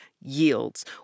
yields